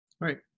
Right